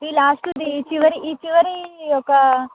ఈ లాస్ట్ది ఈ చివరి ఈ చివరి ఒక